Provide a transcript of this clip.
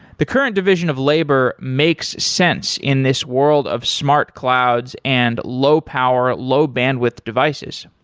the current division of labor makes sense in this world of smart clouds and low power, low bandwidth devices.